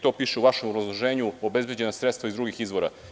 To piše u vašem obrazloženju – biće obezbeđena sredstva iz drugih izvora.